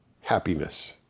happiness